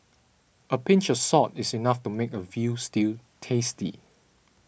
a pinch of salt is enough to make a Veal Stew tasty